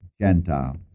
Gentile